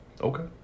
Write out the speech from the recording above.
Okay